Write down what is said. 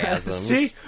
See